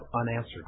unanswered